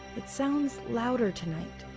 it sounded louder tonight.